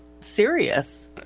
Serious